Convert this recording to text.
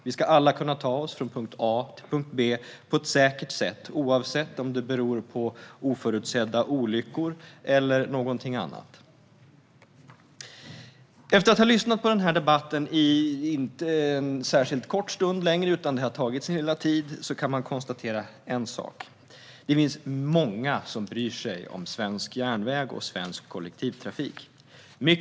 Vi ska alla kunna ta oss från punkt A till punkt B på ett säkert sätt utan att hindras av oförutsedda olyckor eller någonting annat. Efter att ha lyssnat på den här debatten under en inte särskilt kort stund - det har tagit sin lilla tid - kan man konstatera en sak. Det finns många som bryr sig om svensk järnväg och svensk kollektivtrafik.